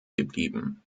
geblieben